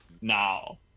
now